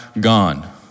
gone